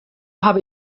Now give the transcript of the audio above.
habe